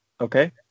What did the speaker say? Okay